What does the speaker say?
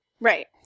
Right